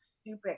stupid